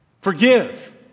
Forgive